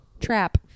trap